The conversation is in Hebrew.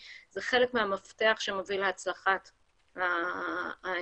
היא חלק מהמפתח שמוביל להצלחת ה-API.